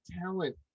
talent